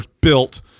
built